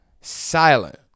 Silent